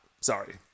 Sorry